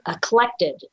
collected